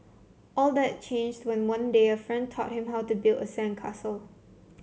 all that changed when one day a friend taught him how to build a sandcastle